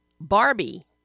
Barbie